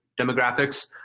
demographics